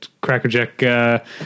crackerjack